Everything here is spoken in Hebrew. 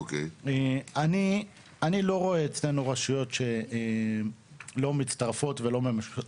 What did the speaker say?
אני לא רואה אצלנו רשויות שלא מצטרפות ולא מממשות